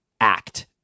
act